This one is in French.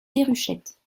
déruchette